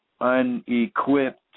Unequipped